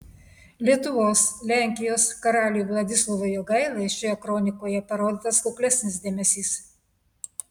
lietuvos lenkijos karaliui vladislovui jogailai šioje kronikoje parodytas kuklesnis dėmesys